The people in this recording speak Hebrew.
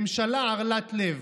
ממשלה ערלת לב.